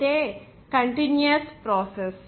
అయితే continuous process